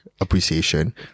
appreciation